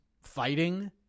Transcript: fighting